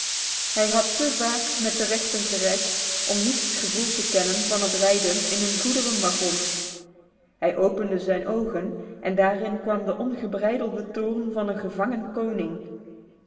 hij had te vaak met den rechter gereisd om niet het gevoel te kennen van het rijden in een goederenwagen hij opende zijn ogen en daarin kwam de ongebreidelde toom van een gevangen koning